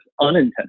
unintentional